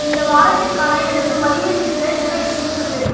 இந்த வாரத்திற்கான எனது மளிகை லிஸ்ட்டில் என்ன இருக்குன்னு சொல்